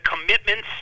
commitments